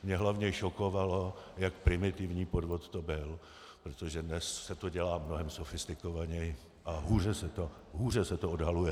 Mě hlavně šokovalo, jak primitivní podvod to byl, protože dnes se to dělá mnohem sofistikovaněji a hůře se to odhaluje.